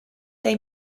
they